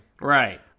Right